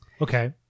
Okay